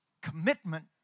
commitment